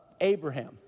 Abraham